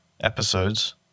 episodes